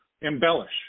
embellish